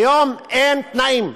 כיום אין תנאים.